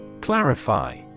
Clarify